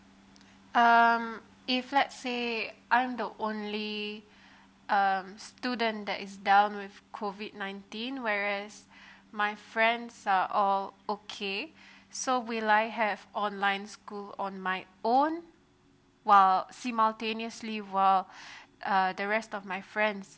um if let's say I'm the only um student that is down with COVID nineteen whereas my friends are all okay so will I have online school on my own while simultaneously while uh the rest of my friends